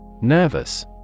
Nervous